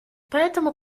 поэтому